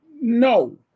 no